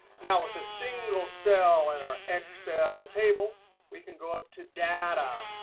now, with a single cell in our excel table we can go up to data.